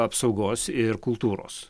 apsaugos ir kultūros